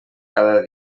cada